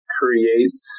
creates